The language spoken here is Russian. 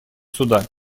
суда